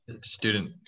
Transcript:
student